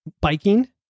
biking